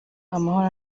amahoro